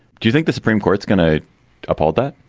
do you think the supreme court's going to uphold that.